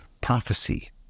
prophecy